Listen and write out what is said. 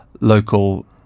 local